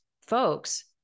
folks